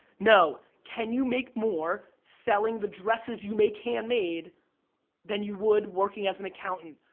no, can you make more selling the dresses you make handmade then you would working as an accountant?